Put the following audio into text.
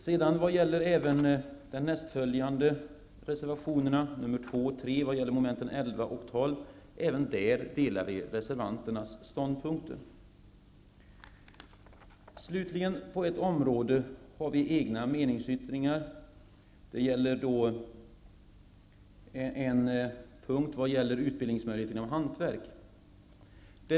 Vi delar även de ståndpunkter som framförs i reservationerna 2 och 3, som gäller mom. 11 och 12. På ett område har vi avgett en meningsyttring. Det gäller utbildningsmöjligheterna inom hantverk.